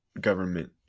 government